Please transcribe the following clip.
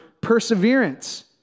perseverance